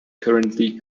currently